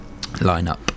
lineup